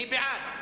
מי בעד?